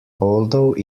although